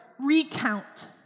recount